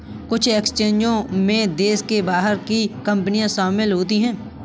कुछ एक्सचेंजों में देश के बाहर की कंपनियां शामिल होती हैं